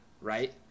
right